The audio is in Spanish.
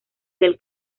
del